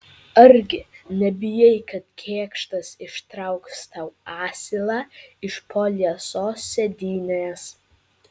argi nebijai kad kėkštas ištrauks tau asilą iš po liesos sėdynės